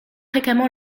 fréquemment